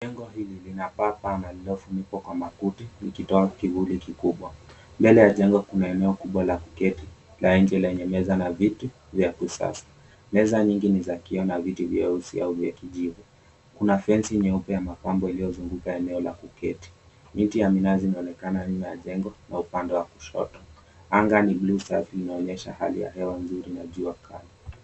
Jengo hili lina paa pana lililofunikwa kwa makuti likitoa kivuli kikubwa. Mbele ya jengo kuna eneo kubwa la kuketi la nje lenye meza na viti vya kisasa. Meza nyingi ni za kioo na viti vyeusi au vya kijivu. Kuna fensi nyeupe ya mapambo iliyozunguka eneo la kuketi. Miti ya minazi inaonekana nyuma ya jengo na upande wa kushoto. Anga ni blue safi inaonyesha hali ya hewa nzuri na jua kali.